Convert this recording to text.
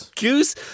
Goose